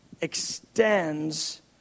extends